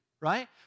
right